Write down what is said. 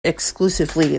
exclusively